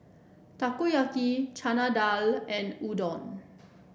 Takoyaki Chana Dal and Udon